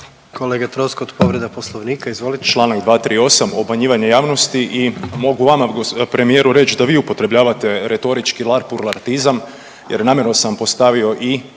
Kolega Troskot povreda poslovnika izvolite.